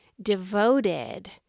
Devoted